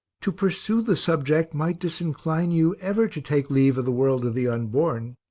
to pursue the subject might disincline you ever to take leave of the world of the unborn,